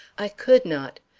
i could not.